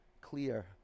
clear